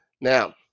Now